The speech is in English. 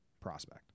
prospect